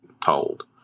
told